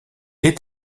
est